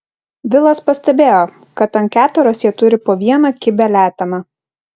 vilas pastebėjo kad ant keteros jie turi po vieną kibią leteną